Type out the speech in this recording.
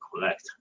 correct